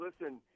listen